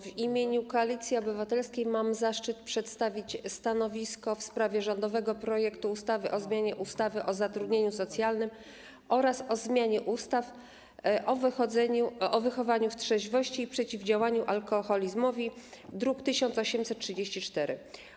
W imieniu Koalicji Obywatelskiej mam zaszczyt przedstawić stanowisko w sprawie rządowego projektu ustawy o zmianie ustawy o zatrudnieniu socjalnym oraz o zmianie ustawy o wychowaniu w trzeźwości i przeciwdziałaniu alkoholizmowi, druk nr 1834.